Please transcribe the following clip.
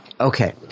Okay